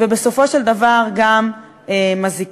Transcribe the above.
ובסופו של דבר גם מזיקה?